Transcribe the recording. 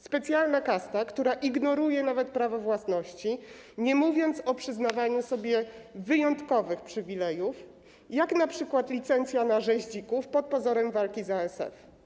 Specjalna kasta, która ignoruje nawet prawo własności, nie mówiąc o przyznawaniu sobie wyjątkowych przywilejów, jak np. licencja na rzeź dzików pod pozorem walki z ASF.